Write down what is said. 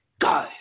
Go